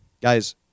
Guys